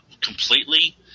completely